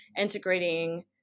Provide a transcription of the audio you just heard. integrating